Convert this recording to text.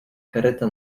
kareta